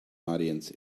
audience